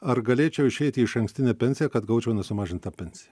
ar galėčiau išeit į išankstinę pensiją kad gaučiau nesumažintą pensiją